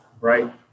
right